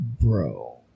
bro